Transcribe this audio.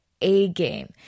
A-game